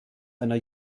einer